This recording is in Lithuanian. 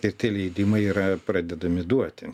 ir tie leidimai yra pradedami duoti